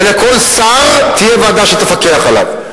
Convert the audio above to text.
ולכל שר תהיה ועדה שתפקח עליו.